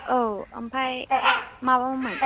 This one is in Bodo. औ ओमफ्राय माबामोन